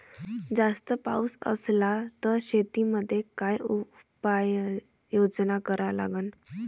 जास्त पाऊस असला त शेतीमंदी काय उपाययोजना करा लागन?